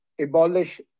abolish